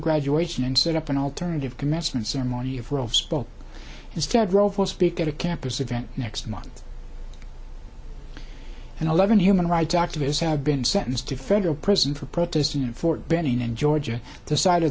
graduation and set up an alternative commencement ceremony of rolf's ball instead role for speak at a campus event next month and eleven human rights activists have been sentenced to federal prison for protesting at fort benning in georgia the side of